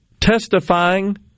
testifying